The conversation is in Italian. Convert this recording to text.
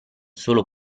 solo